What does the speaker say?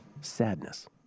Sadness